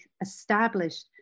established